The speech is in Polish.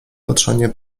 patrzenia